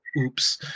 oops